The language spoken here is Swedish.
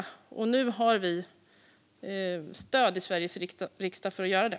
Nu har vi stöd i Sveriges riksdag för att göra det.